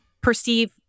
perceive